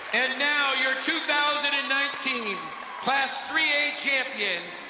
and now your two thousand and nineteen class three a champions,